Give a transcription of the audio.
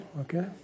okay